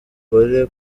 gore